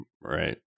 Right